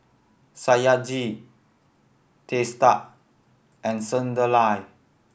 Satyajit Teesta and Sunderlal